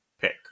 pick